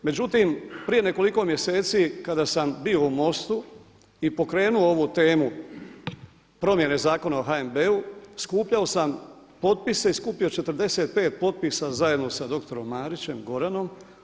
Međutim, prije nekoliko mjeseci kada sam bio u MOST-u i pokrenuo ovu temu promjene Zakona o HNB-u skupljao sam potpise i skupio 45 potpisa zajedno sa doktorom Marićem Goranom.